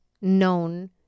known